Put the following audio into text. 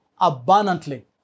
abundantly